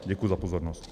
Děkuji za pozornost.